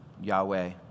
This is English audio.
Yahweh